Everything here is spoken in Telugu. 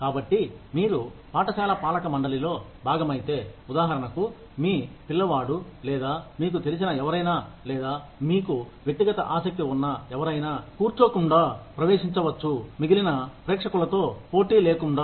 కాబట్టి మీరు పాఠశాల పాలకమండలిలో భాగమైతే ఉదాహరణకు మీ పిల్లవాడు లేదా మీకు తెలిసిన ఎవరైనా లేదా మీకు వ్యక్తిగత ఆసక్తి ఉన్న ఎవరైనా కూర్చోకుండా ప్రవేశించవచ్చు మిగిలిన ప్రేక్షకులతో పోటీ లేకుండా